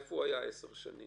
איפה הוא היה עשר שנים?